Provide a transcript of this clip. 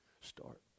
start